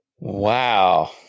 Wow